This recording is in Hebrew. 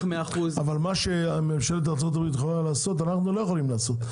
אבל מה שממשלת ארצות הברית יכולה לעשות אנחנו לא יכולים לעשות.